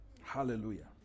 Hallelujah